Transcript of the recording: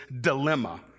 dilemma